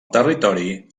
territori